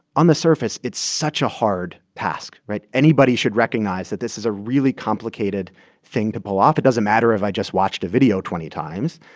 on the surface, it's such a hard task, right? anybody should recognize that this is a really complicated thing to pull off. it doesn't matter if i just watched a video twenty times.